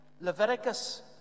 Leviticus